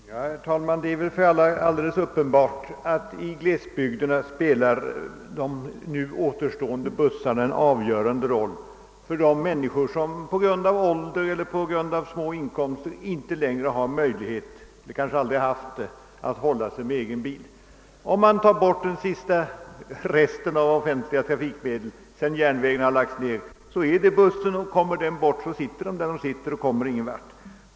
Herr talman! Det är väl för alla uppenbart att i glesbygderna spelar de nu återstående bussarna en helt avgörande roll för de människor som på grund av ålder eller på grund av små inkomster inte har — och kanske aldrig haft — möjlighet att hålla sig med egen bil. Om man tar bort den sista resten av offentliga trafikmedel — sedan järnvägarna lagts ned är det ju bussen — så sitter dessa människor där de sitter och kommer ingen vart.